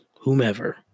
whomever